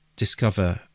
discover